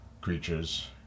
creatures